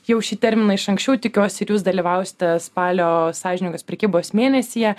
jau šį terminą iš anksčiau tikiuosi ir jūs dalyvausite spalio sąžiningos prekybos mėnesyje